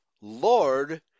Lord